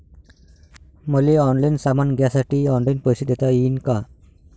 मले ऑनलाईन सामान घ्यासाठी ऑनलाईन पैसे देता येईन का?